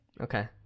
Okay